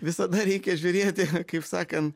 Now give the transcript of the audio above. visada reikia žiūrėti kaip sakan